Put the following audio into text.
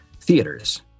theaters